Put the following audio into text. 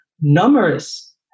numerous